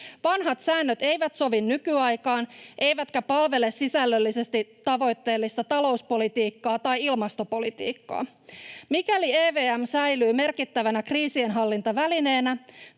Vanhat säännöt eivät sovi nykyaikaan eivätkä palvele sisällöllisesti tavoitteellista talouspolitiikkaa tai ilmastopolitiikkaa. Mikäli EVM säilyy merkittävänä kriisinhallintavälineenä,